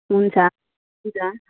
हुन्छ हजुर